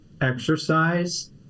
exercise